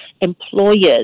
employers